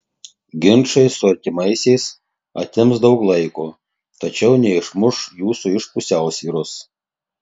ginčai su artimaisiais atims daug laiko tačiau neišmuš jūsų iš pusiausvyros